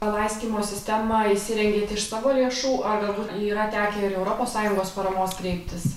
laistymo sistemą įsirengėt iš savo lėšų ar yra tekę ir europos sąjungos paramos kreiptis